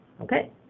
okay